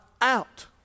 out